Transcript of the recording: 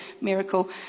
miracle